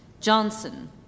Johnson